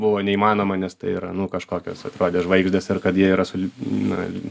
buvo neįmanoma nes tai yra nu kažkokios atrodė žvaigždės ir kad jie yra sul na